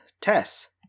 Tess